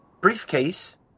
briefcase